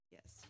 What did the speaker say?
Yes